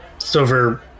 silver